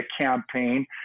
campaign